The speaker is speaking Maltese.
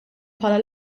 bħala